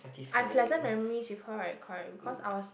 unpleasant memories with her right correct because I was